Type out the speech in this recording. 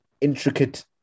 intricate